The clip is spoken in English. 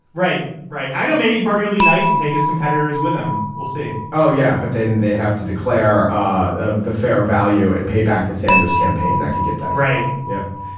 right. right. i know. maybe bertarelli nice. and take his competitors with him. we'll say oh yeah. but then they'd have to declare ah the fair value and pay back the sanders campaign. that could get right. yeah.